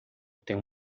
tenho